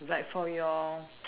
like for you